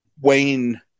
Wayne